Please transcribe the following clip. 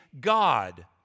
God